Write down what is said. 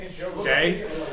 Okay